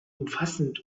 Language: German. umfassend